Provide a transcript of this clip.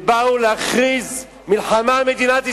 שבאו להכריז מלחמה על מדינת ישראל.